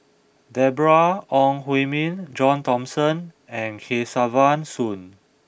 Deborah Ong Hui Min John Thomson and Kesavan Soon